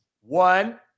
One